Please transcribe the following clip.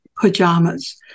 pajamas